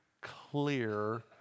clear